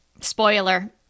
Spoiler